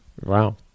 Wow